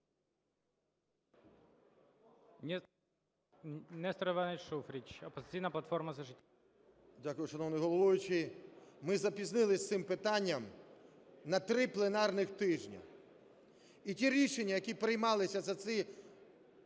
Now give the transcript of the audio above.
Дякую, шановний головуючий. Ми запізнились з цим питанням на три пленарних тижні. І ті рішення, які приймалися за цей